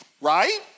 right